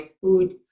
food